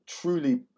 truly